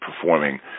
performing